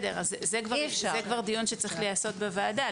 זה כבר דיון שצריך להיעשות בוועדה.